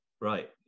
Right